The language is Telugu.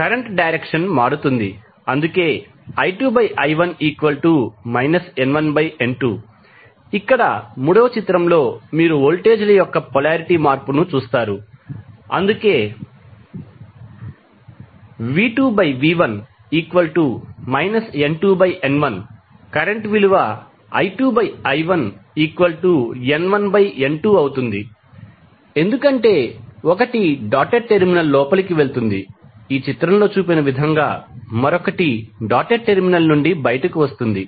కరెంట్ డైరక్షన్ మారుతుంది అందుకే I2I1 N1N2 ఇక్కడ మూడవ చిత్రంలో మీరు వోల్టేజ్ ల యొక్క పొలారిటీ మార్పును చూస్తారు అందుకే V2V1 N2N1 కరెంట్ విలువ I2I1N1N2 అవుతుంది ఎందుకంటే 1 డాటెడ్ టెర్మినల్ లోపలికి వెళుతుంది ఈ చిత్రంలో చూపిన విధంగా మరొకటి డాటెడ్ టెర్మినల్ నుండి బయటకు వస్తుంది